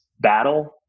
battle